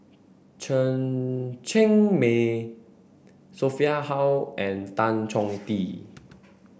Chen Cheng Mei Sophia Hull and Tan Chong Tee